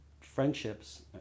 friendships